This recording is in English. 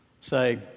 say